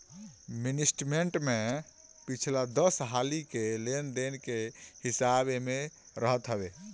mini statement में पिछला दस हाली के लेन देन के हिसाब एमे रहत हवे